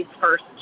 first